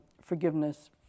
forgiveness